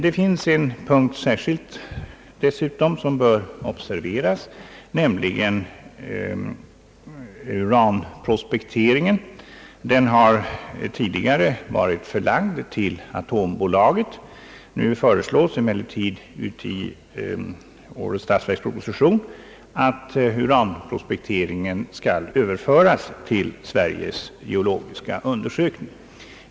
Det finns dessutom en punkt som bör särskilt observeras, nämligen uranprospekteringen. Den har tidigare varit förlagd till AB Atomenergi. Nu föreslås emellertid i årets statsverksproposition att uranprospekteringen skall överföras till Sveriges geologiska undersökning.